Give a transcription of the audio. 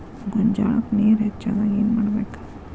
ಗೊಂಜಾಳಕ್ಕ ನೇರ ಹೆಚ್ಚಾದಾಗ ಏನ್ ಮಾಡಬೇಕ್?